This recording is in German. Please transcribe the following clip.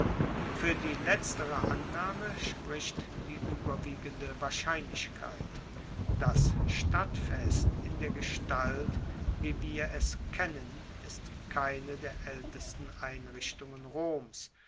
fuer die letztere annahme spricht die ueberwiegende wahrscheinlichkeit das stadtfest in der gestalt wie wir es kennen ist keine der aeltesten einrichtungen roms